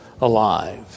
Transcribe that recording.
alive